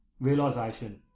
realisation